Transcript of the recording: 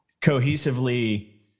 cohesively